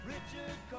Richard